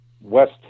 west